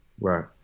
Right